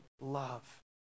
love